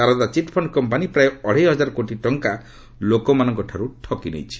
Saradha chit fund company ପ୍ରାୟ ଅଢ଼େଇ ହଜାର କୋଟି ଟଙ୍କା ଲୋକମାନଙ୍କଠାରୁ ଠକି ନେଇଛି